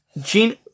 gene